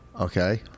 Okay